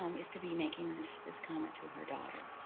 um is to be making this this comment to her daughter?